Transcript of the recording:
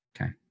Okay